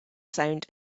sound